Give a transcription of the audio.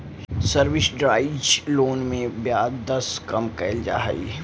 subsidised loan में ब्याज दर कम कैल जा हइ